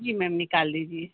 जी ma'am निकाल दीजिए